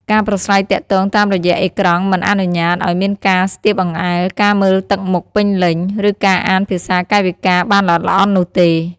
ការប្រាស្រ័យទាក់ទងតាមរយៈអេក្រង់មិនអនុញ្ញាតឱ្យមានការស្ទាបអង្អែល ការមើលទឹកមុខពេញលេញ ឬការអានភាសាកាយវិការបានល្អិតល្អន់នោះទេ។